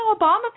Obama